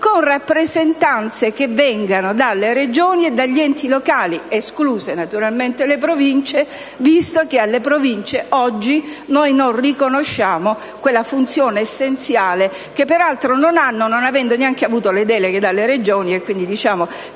con rappresentanze che vengano dalle Regioni e dagli enti locali, escluse naturalmente le Province, visto che a queste oggi non riconosciamo una funzione essenziale (che peraltro non hanno, non avendo neanche avuto le deleghe dalle Regioni, e quindi non